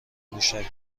موشک